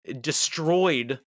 destroyed